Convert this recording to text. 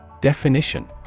Definition